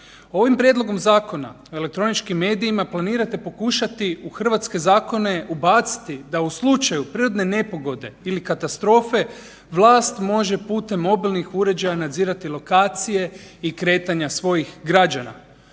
Ovim prijedlogom Zakona o elektroničkim medijima planirate pokušati u hrvatske zakone ubaciti da u slučaju prirodne nepogode ili katastrofe vlast može putem mobilnih uređaja nadzirati lokacije i kretanja svojih građana.